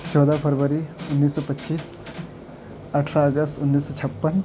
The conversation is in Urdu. چودہ فروری انیس سو پچیس اٹھارہ اگست انیس سو چھپن